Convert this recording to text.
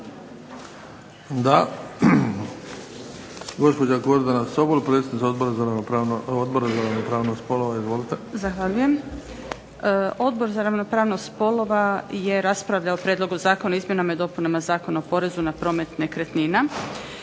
Da. Gospođa Gordana Sobol, predsjednica Odbora za ravnopravnost spolova. Izvolite. **Sobol, Gordana (SDP)** Zahvaljujem. Odbor za ravnopravnost spolova je raspravljao o Prijedlogu zakona o izmjenama i dopunama Zakona o porezu na promet nekretnina.